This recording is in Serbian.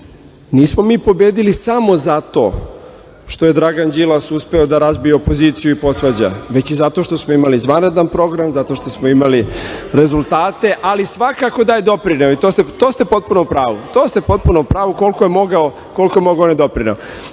Nismo mi pobedili samo zato što je Dragan Đilas uspeo da razbije opoziciju i posvađa, već i zato što smo imali izvanredan program, zato što smo imali rezultate, ali svakako da je doprineo i to ste potpuno u pravu, koliko je mogao on je doprineo.No